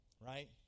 Right